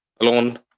alone